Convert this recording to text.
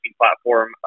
platform